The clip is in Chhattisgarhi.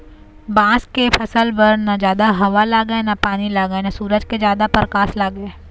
बांस के फसल बर न जादा हवा लागय न पानी लागय न सूरज के जादा परकास लागय